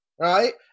right